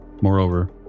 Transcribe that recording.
moreover